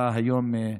השרה היום,